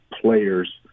players –